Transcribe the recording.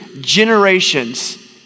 generations